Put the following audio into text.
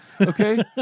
Okay